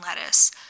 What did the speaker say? lettuce